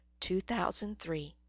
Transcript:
2003